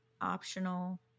optional